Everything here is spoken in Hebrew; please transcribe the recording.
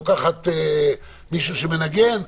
לוקחת מישהו שמנגן,